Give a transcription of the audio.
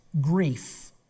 grief